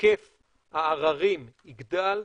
היקף העררים יגדל,